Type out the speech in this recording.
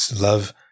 Love